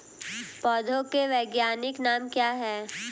पौधों के वैज्ञानिक नाम क्या हैं?